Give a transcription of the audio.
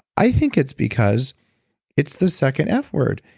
i think it's because it's the second f word.